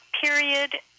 period